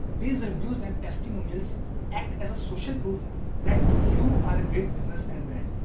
these reviews and testimonials act as social proof that you are a great business and brand.